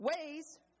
ways